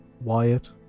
Wyatt